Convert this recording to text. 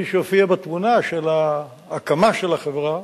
מי שהופיע בתמונה של הקמת החברה,